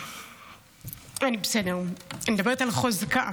אני בסדר, אני מדברת על חוזקה,